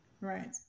Right